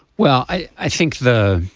well i i think the